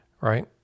right